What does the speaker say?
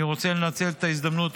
אני רוצה לנצל את ההזדמנות,